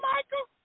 Michael